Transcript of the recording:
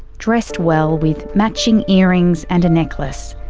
dressed well with matching earrings and necklace.